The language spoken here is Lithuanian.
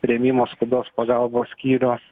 priėmimo skubios pagalbos skyrių